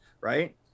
Right